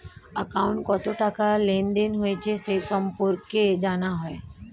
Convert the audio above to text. অ্যাকাউন্টে কত টাকা লেনদেন হয়েছে সে সম্পর্কে জানা যায়